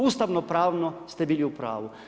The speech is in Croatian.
Ustavno-pravno ste bili u pravu.